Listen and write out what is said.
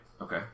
Okay